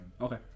Okay